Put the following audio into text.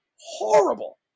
horrible